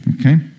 Okay